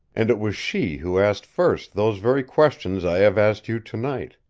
and it was she who asked first those very questions i have asked you tonight.